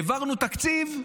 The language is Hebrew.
העברנו תקציב,